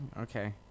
Okay